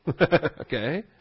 Okay